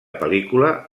pel·lícula